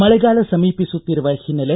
ಮಳೆಗಾಲ ಸಮೀಪಿಸುತ್ತಿರುವ ಹಿನ್ನೆಲೆ